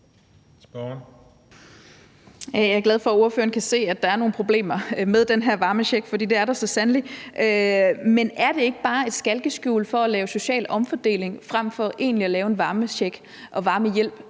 Jeg er glad for, at ordføreren kan se, at der er nogle problemer med den her varmecheck, for det er der så sandelig. Men er det ikke bare et skalkeskjul for at lave social omfordeling fremfor at lave en egentlig varmecheck og varmehjælp?